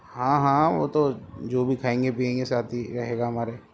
ہاں ہاں وہ تو جو بھی کھائیں گے پییں گے ساتھ ہی رہے گا ہمارے